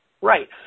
Right